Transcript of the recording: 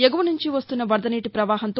ఎగువ నుంచి వస్తున్న వరద నీటి పవాహంతో